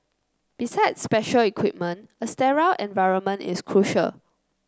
besides special equipment a sterile environment is crucial